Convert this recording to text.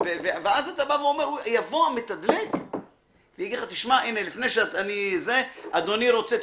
- ואז יבוא המתדלק ויגיד לך, אדוני רוצה?